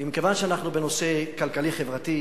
ומכיוון שאנחנו בנושא כלכלי-חברתי,